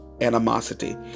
animosity